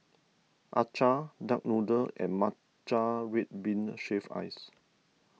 Acar Duck Noodle and Matcha Red Bean Shaved Ice